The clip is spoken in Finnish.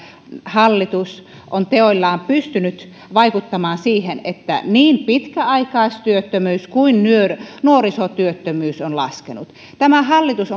hallitus on teoillaan pystynyt vaikuttamaan siihen että niin pitkäaikaistyöttömyys kuin nuorisotyöttömyys on laskenut tämä hallitus